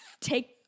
take